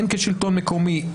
הן כשלטון מקומי,